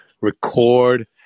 record